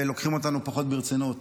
ולוקחים אותנו פחות ברצינות.